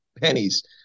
pennies